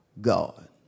God